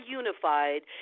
unified